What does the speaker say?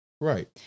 Right